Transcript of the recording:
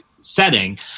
setting